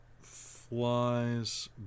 flies